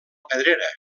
pedrera